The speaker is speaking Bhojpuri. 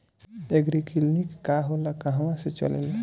एगरी किलिनीक का होला कहवा से चलेँला?